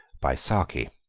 by saki